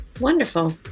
Wonderful